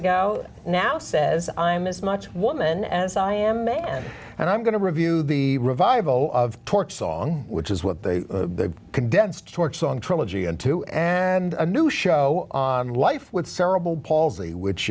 ago now says i'm as much woman as i am and i'm going to review the revival of torch song which is what the condensed torch song trilogy and two and a new show on life with cerebral palsy which